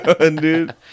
dude